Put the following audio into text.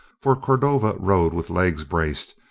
for cordova rode with legs braced,